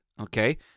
okay